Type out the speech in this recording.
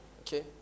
okay